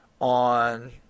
on